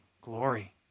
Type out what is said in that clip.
glory